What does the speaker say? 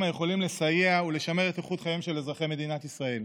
היכולים לסייע ולשמר את איכות חייהם של אזרחי מדינת ישראל.